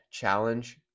challenge